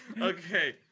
Okay